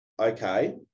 okay